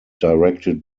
directed